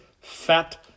fat